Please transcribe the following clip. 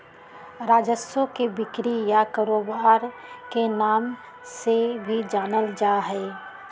राजस्व के बिक्री या कारोबार के नाम से भी जानल जा हई